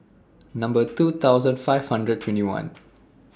Number two thousand five hundred twenty one